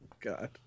God